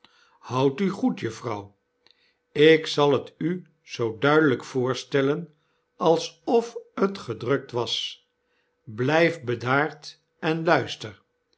houd u goed juffrouw ik zal het u zoo duidelijk voorstellen alsof t gedrukt was blyf bedaard en luister